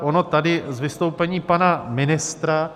Ono tady z vystoupení pana ministra...